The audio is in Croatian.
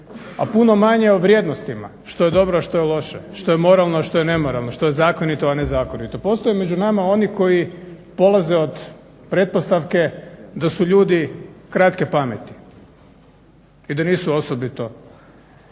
a puno manje o vrijednostima što je dobro, a što je loše, što je moralno, a što nemoralno, što je zakonito, a nezakonito. Postoje među nama oni koji polaze od pretpostavke da su ljudi kratke pameti i da nisu osobito